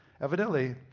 Evidently